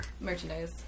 Merchandise